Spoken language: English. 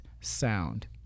sound